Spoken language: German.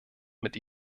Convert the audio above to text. mit